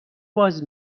باز